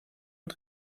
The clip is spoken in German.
und